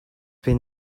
been